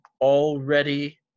already